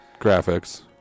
graphics